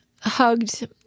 hugged